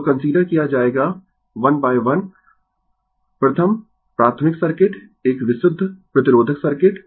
तो कंसीडर किया जाएगा 11 प्रथम प्राथमिक सर्किट एक विशुद्ध प्रतिरोधक सर्किट